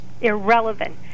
Irrelevant